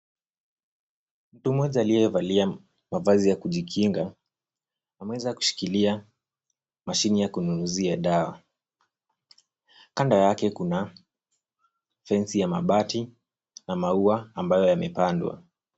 Mtu mmoja aliyevalia mavazi ya kujikinga, ameweza kushikilia mashini ya kunyunyuzia dawa. Kando yake kuna fensi ya mabati na maua ambayo yamepandwa.